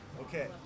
Okay